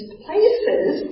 places